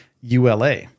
ULA